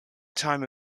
time